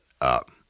up